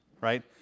right